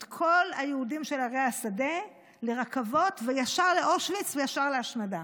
את כל היהודים של ערי השדה לרכבות וישר לאושוויץ וישר להשמדה.